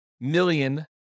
million